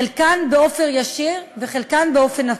חלקן באופן ישיר וחלקן באופן עקיף.